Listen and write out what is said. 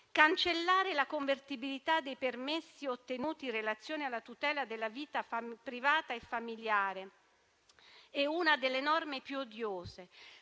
Cancellare la convertibilità dei permessi ottenuti in relazione alla tutela della vita privata e familiare è una delle norme più odiose,